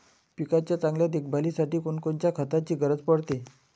पिकाच्या चांगल्या देखभालीसाठी कोनकोनच्या खताची गरज पडते?